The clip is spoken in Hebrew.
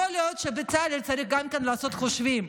יכול להיות שגם בצלאל צריך לעשות חושבים,